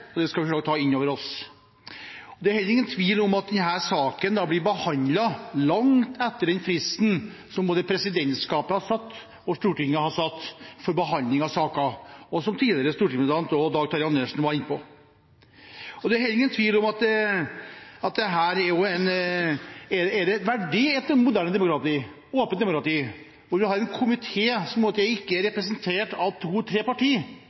alvorlige. Det skal vi for så vidt ta inn over oss. Det er heller ingen tvil om at denne saken blir behandlet lenge etter den fristen som både presidentskapet og Stortinget har satt for behandling av saker, som tidligere stortingspresident Dag Terje Andersen var inne på. Er det et moderne, åpent demokrati verdig at komiteen, hvor to–tre partier ikke er representert, ikke får muligheten til å behandle dette på en god måte? Under høringen av